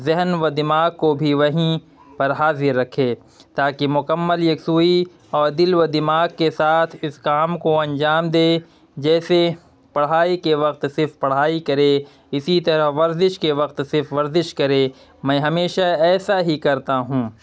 ذہن و دماغ کو بھی وہیں پر حاضر رکھے تاکہ مکمل یکسوئی اور دل و دماغ کے ساتھ اس کام کو انجام دے جیسے پڑھائی کے وقت صرف پڑھائی کرے اسی طرح ورزش کے وقت صرف ورزش کرے میں ہمیشہ ایسا ہی کرتا ہوں